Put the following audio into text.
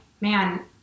Man